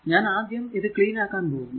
ഞാൻ ആദ്യം ഇത് ക്ലീൻ ആക്കാൻ പോകുന്നു